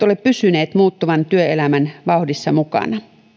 ole pysyneet muuttuvan työelämän vauhdissa mukana